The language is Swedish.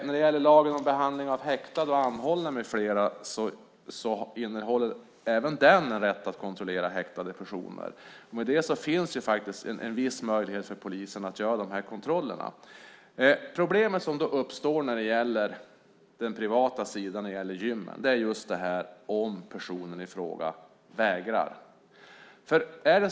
När det gäller lagen om behandling av häktade och anhållna med flera innehåller även den en rätt att kontrollera häktade personer. Med det finns en viss möjlighet för polisen att göra dessa kontroller. Problemen som uppstår på den privata sidan när det gäller gymmen är just om personen i fråga vägrar.